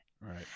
Right